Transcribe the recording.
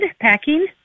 Packing